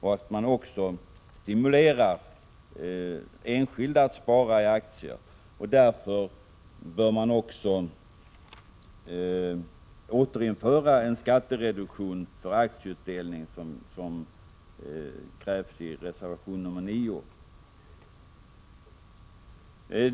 Man bör också stimulera enskilda att spara i aktier. Därför bör man återinföra en skattereduktion för aktieutdelning, vilket krävs i reservation 9.